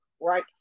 right